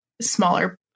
smaller